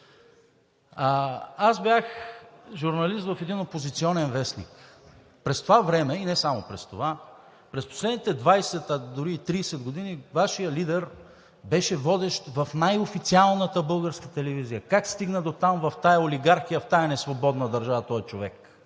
Аз бях журналист в един опозиционен вестник. През това време, и не само през това, през последните 20, а дори и 30 години Вашият лидер беше водещ в най-официалната българска телевизия. Как стигна дотам в тази олигархия, в тази несвободна държава този човек